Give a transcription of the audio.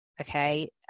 okay